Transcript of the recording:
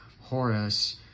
Horus